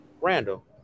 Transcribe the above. Randall